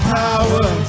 power